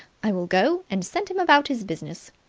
i will go and send him about his business.